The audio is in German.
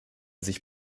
sich